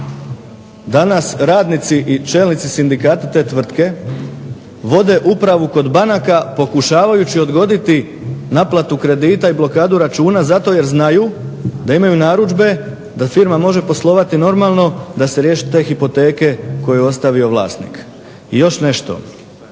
danas radnici i čelnici sindikata te tvrtke vode upravu kod banaka pokušavajući odgoditi naplatu kredita i blokadu računa zato jer znaju da imaju narudžbe da firma može poslovati normalno da se riješe te hipoteke koju je ostavio vlasnik. I još nešto.